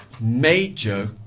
major